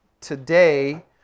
today